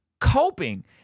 coping